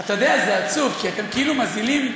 אתה יודע, זה עצוב, כי אתם כאילו מזילים,